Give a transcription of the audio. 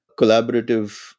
collaborative